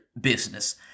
business